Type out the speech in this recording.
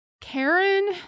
Karen